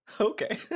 Okay